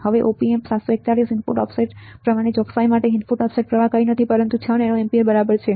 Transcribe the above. હવે Op Amp 741 input offset પ્રવાહની ચોકસાઇ માટે ઇનપુટ ઓફસેટ પ્રવાહ કંઈ નથી પરંતુ 6 નેનો એમ્પીયર બરાબર છે